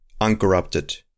uncorrupted